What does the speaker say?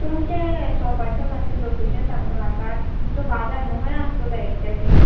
तुमचे शॉपाचे मात्शे लोकेशन सांगता म्हाका तुमचो बाजार न्हू खंय आसता तो एग्जॅक्टली